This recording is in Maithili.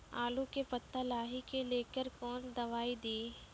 आलू के पत्ता लाही के लेकर कौन दवाई दी?